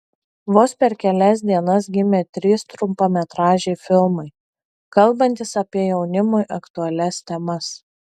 vos per kelias dienas gimė trys trumpametražiai filmai kalbantys apie jaunimui aktualias temas